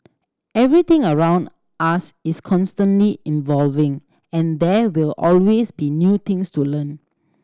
everything around us is constantly evolving and there will always be new things to learn